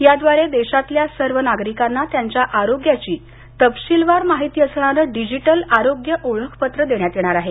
याद्वारे देशातल्या सर्व नागरिकांना त्यांच्या आरोग्याची तपशीलवार माहिती असणारं डिजीटल आरोग्य ओळखपत्र देण्यात येणार आहे